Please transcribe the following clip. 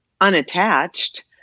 unattached